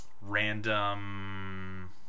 random